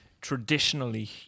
traditionally